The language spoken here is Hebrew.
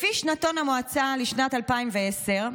לפי שנתון המועצה לשנת 2010,